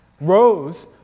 rose